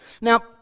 Now